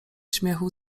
śmiechu